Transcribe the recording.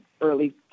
early